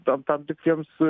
tam tam tikriems